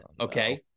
Okay